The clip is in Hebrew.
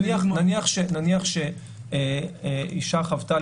נניח שאישה חוותה,